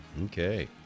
Okay